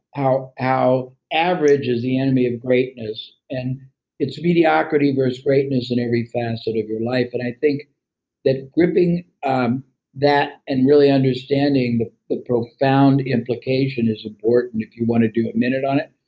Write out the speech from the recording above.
how how average is the enemy of greatness. and it's mediocrity versus greatness in every facet of your life. but i think that gripping um that and really understanding the profound implication is important if you want to do a minute on it.